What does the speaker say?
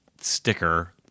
sticker